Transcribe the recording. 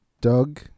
Doug